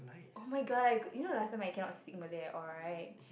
oh-my-god I could you know last time I cannot speak Malay at all right